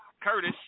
Curtis